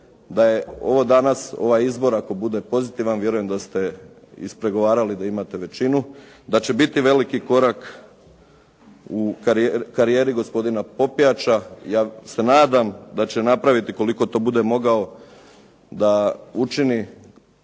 da je ovo danas, ovaj izbor ako bude pozitivan, vjerujem da ste ispregovarali da imate većinu, da će biti veliki korak u karijeri gospodina Popijača. Ja se nadam da će napraviti koliko to bude mogao da učini